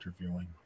interviewing